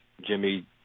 Jimmy